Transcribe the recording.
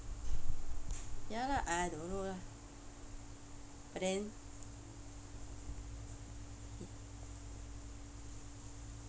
ya lah !aiya! don't know lah but then